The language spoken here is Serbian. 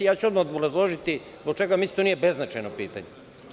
Odmah ću obrazložiti zbog čega mislim da to nije beznačajno pitanje.